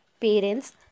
parents